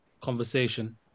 conversation